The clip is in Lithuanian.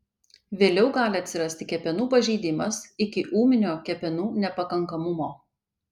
vėliau gali atsirasti kepenų pažeidimas iki ūminio kepenų nepakankamumo